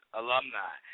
alumni